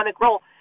role